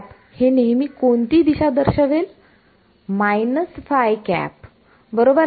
तर हे नेहमी कोणती दिशा दर्शवेल बरोबर आहे